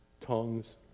tongues